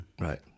Right